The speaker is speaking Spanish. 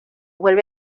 vuelve